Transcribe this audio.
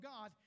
God